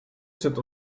před